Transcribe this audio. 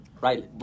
right